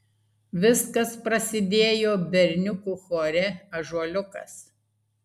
viskas prasidėjo berniukų chore ąžuoliukas